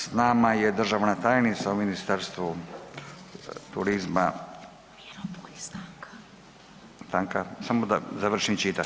S nama je državna tajnica u Ministarstvu turizma … [[Upadica se ne razumije.]] stanka, samo da završim čitat.